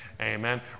Amen